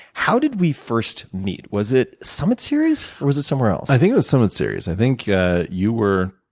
how did we first meet? was it summit series, or was it somewhere else? i think it was summit series. i think you were